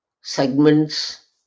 segments